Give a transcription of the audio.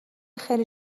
خیلی